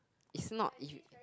it's not if